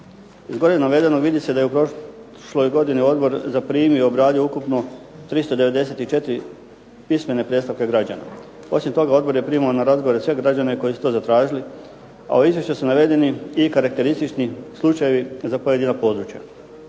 Iz gore navedenog vidi se da je u prošloj godini odbor zaprimio i obradio ukupno 394 pismene predstavke građana. Osim toga odbor je primao na razgovore sve građane koji su to zatražili, a u izvješću su navedeni i karakteristični slučajevi za pojedina područja.